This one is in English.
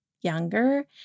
younger